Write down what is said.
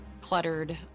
cluttered